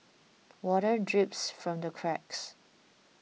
water drips from the cracks